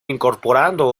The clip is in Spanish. incorporando